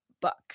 book